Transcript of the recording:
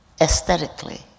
Aesthetically